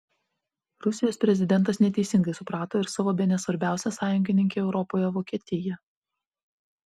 rusijos prezidentas neteisingai suprato ir savo bene svarbiausią sąjungininkę europoje vokietiją